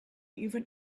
even